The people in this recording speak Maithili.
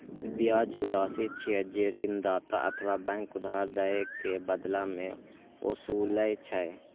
ब्याज ऊ राशि छियै, जे ऋणदाता अथवा बैंक उधार दए के बदला मे ओसूलै छै